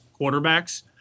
quarterbacks